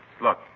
Look